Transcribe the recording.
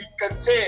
content